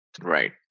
Right